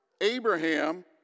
Abraham